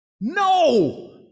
No